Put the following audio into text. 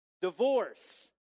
Divorce